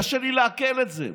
קשה לי לעכל את זה.